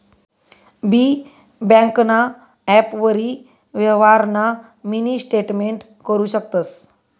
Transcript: बी ब्यांकना ॲपवरी यवहारना मिनी स्टेटमेंट करु शकतंस